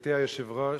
גברתי היושבת-ראש,